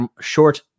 short